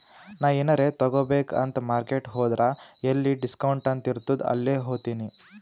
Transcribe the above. ನಾ ಎನಾರೇ ತಗೋಬೇಕ್ ಅಂತ್ ಮಾರ್ಕೆಟ್ ಹೋದ್ರ ಎಲ್ಲಿ ಡಿಸ್ಕೌಂಟ್ ಅಂತ್ ಇರ್ತುದ್ ಅಲ್ಲೇ ಹೋತಿನಿ